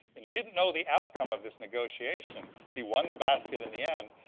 and he didn't know the outcome of this negotiation. he won the basket in the end.